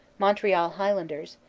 montreal highlanders,